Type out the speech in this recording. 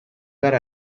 gara